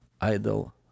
idol